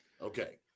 okay